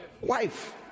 Wife